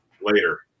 later